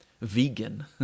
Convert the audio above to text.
vegan